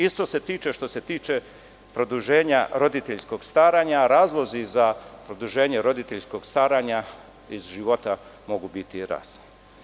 Isto je što se tiče produženja roditeljskog stanja, a razlozi za produženje roditeljskog staranja iz života mogu biti razni.